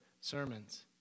sermons